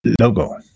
logo